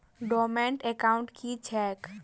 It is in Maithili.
डोर्मेंट एकाउंट की छैक?